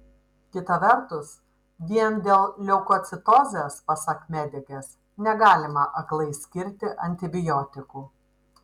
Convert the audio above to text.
kita vertus vien dėl leukocitozės pasak medikės negalima aklai skirti antibiotikų